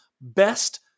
best